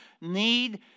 need